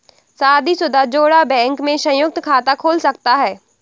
शादीशुदा जोड़ा बैंक में संयुक्त खाता खोल सकता है